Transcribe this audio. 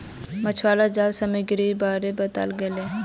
मछुवालाक जाल सामग्रीर बारे बताल गेले